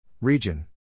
Region